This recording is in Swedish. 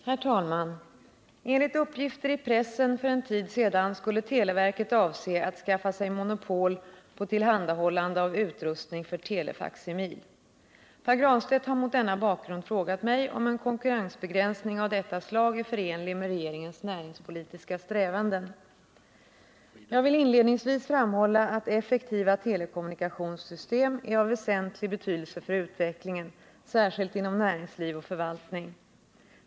Herr talman! Enligt uppgifter i pressen för en tid sedan skulle televerket avse att skaffa sig monopol på tillhandahållande av utrustning för telefaksimil. Pär Granstedt har mot denna bakgrund frågat mig om en konkurrensbegränsning av detta slag är förenlig med regeringens näringspolitiska strävanden. Jag vill inledningsvis framhålla att effektiva telekommunikationssystem är av väsentlig betydelse för utvecklingen, särskilt inom näringsliv och förvaltning.